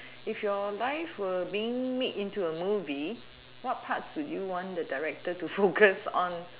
if your life were being made into a movie what parts would you want the director to focus on